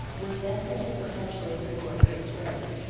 was destined to perpetuate the glories of his race.